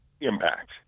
impact